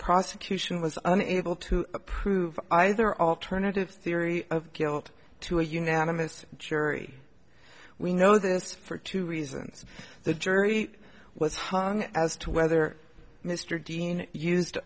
prosecution was unable to prove either alternative theory of guilt to a unanimous jury we know this for two reasons the jury was hung as to whether mr dean used